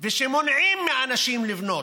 ושמונעים מאנשים לבנות.